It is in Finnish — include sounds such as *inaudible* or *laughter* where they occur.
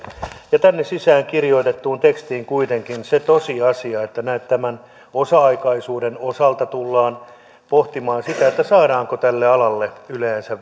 ja tänne sisään kirjoitettuun tekstiin on saatu kuitenkin se tosiasia että tämän osa aikaisuuden osalta tullaan pohtimaan sitä saadaanko tälle alalle yleensä *unintelligible*